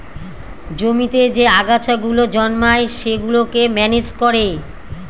জমিতে যে আগাছা গুলো জন্মায় সেগুলোকে ম্যানেজ করে